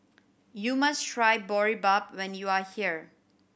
you must try Boribap when you are here